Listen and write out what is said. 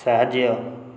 ସାହାଯ୍ୟ